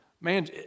Man